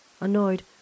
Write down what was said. Annoyed